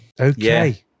Okay